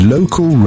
Local